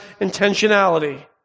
intentionality